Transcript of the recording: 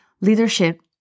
Leadership